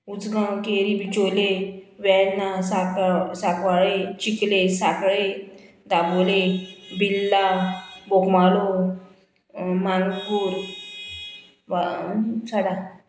Ujgaon Keri Bicholim Verna Saka Sancoale Chicalim Sanquelim Dabolim Birla Bogmalo Manpur Sada